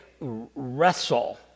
wrestle